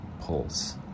pulse